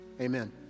Amen